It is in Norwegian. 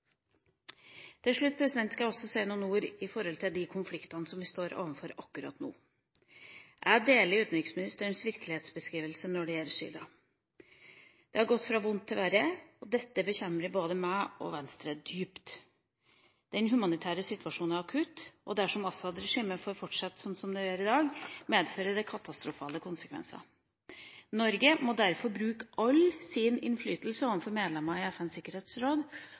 Til slutt vil jeg også si noen ord om de konfliktene vi står overfor akkurat nå. Jeg deler utenriksministerens virkelighetsbeskrivelse når det gjelder Syria. Det har gått fra vondt til verre. Dette bekymrer både meg og Venstre dypt. Den humanitære situasjonen er akutt, og dersom Assad-regimet får fortsette som i dag, vil dette medføre katastrofale konsekvenser. Norge må derfor bruke all sin innflytelse overfor medlemmene i FNs sikkerhetsråd